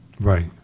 Right